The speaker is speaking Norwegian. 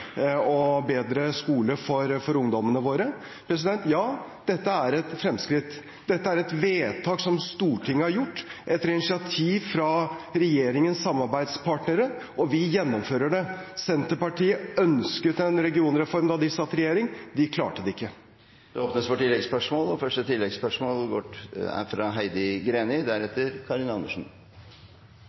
og bedre skole for ungdommene våre. Ja, dette er et fremskritt. Dette er et vedtak som Stortinget har gjort etter initiativ fra regjeringens samarbeidspartnere. Vi gjennomfører det. Senterpartiet ønsket en regionreform da de satt i regjering. De klarte det ikke. Det blir oppfølgingsspørsmål – først Heidi Greni. I går